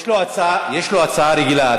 יש לו הצעה רגילה.